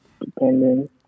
depending